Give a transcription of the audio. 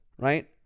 right